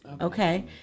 okay